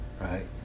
Right